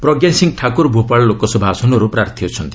ପ୍ରଜ୍ଞା ସିଂ ଠାକୁର ଭୋପାଳ ଲୋକସଭା ଆସନରୁ ପ୍ରାର୍ଥୀ ଅଛନ୍ତି